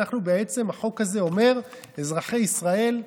החוק הזה בעצם אומר: אזרחי ישראל,